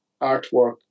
artwork